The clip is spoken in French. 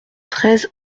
treize